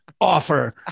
offer